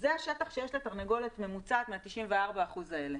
זה השטח שיש לתרנגולת ממוצעת מה-94 אחוזים אלה.